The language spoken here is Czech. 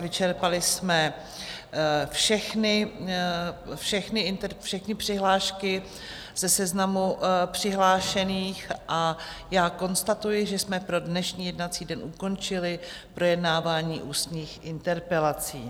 Vyčerpali jsme všechny přihlášky ze seznamu přihlášených a já konstatuji, že jsme pro dnešní jednací den ukončili projednávání ústních interpelací.